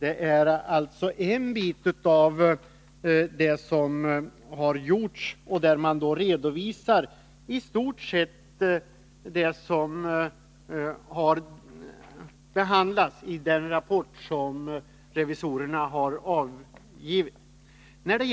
I redovisningen redogörs i stort sett för vad som anförts i den rapport som revisorerna har avgivit.